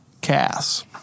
Cass